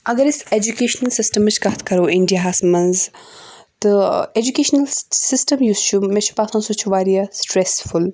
اگر أسۍ ایٚجوکیشنَل سِسٹَمٕچ کَتھ کَرو اِنڈیا ہَس منٛز تہٕ ایٚجوکیشنَل سِسٹَم یُس چھُ مےٚ چھُ باسان سُہ چھُ واریاہ سٹرٛیٚسفُل